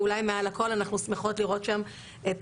ואולי מעל הכול אנחנו שמחות לראות שם את